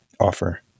offer